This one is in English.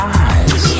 eyes